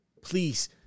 please